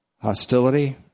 hostility